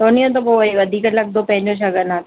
त उन्हीअ जो त पोइ वरी वधीक लगंदो पंहिंजो शगन आहे त